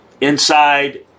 Inside